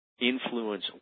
influence